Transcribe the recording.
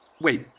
Wait